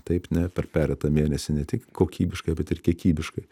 taip ne per pereitą mėnesį ne tik kokybiškai bet ir kiekybiškai